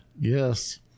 yes